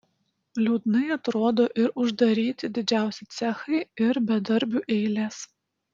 liūdnai atrodo ir uždaryti didžiausi cechai ir bedarbių eilės